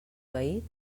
veí